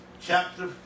chapter